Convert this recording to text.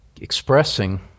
expressing